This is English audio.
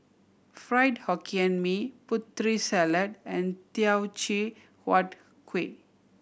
Fried Hokkien Mee Putri Salad and Teochew Huat Kuih